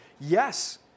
Yes